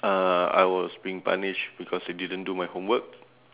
uh I was being punished because I didn't do my homework